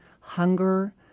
hunger